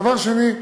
דבר שני,